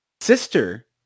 sister